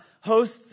hosts